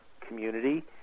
community